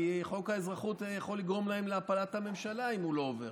כי חוק האזרחות יכול לגרום להם להפלת הממשלה אם הוא לא עובר.